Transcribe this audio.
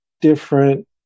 different